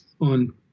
on